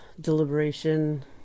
deliberation